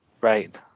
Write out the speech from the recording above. Right